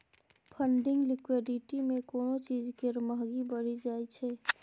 funding liquidity मे कोनो चीज केर महंगी बढ़ि जाइ छै